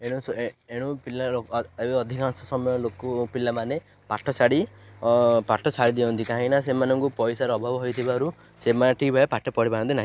ଏଣୁ ଏଣୁ ପିଲା ଏବେ ଅଧିକାଂଶ ସମୟ ଲୋକ ପିଲାମାନେ ପାଠ ଛାଡ଼ି ପାଠ ଛାଡ଼ି ଦିଅନ୍ତି କାହିଁକି ସେମାନଙ୍କୁ ପଇସାର ଅଭାବ ହେଇଥିବାରୁ ସେମାନେ ଠିକ୍ ଭାବେ ପାଠ ପଢ଼ିପାରନ୍ତି ନାହିଁ